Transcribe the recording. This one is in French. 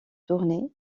tournée